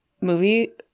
movie